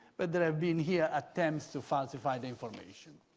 but there have been here attempts to falsify the information.